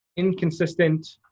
inconsistent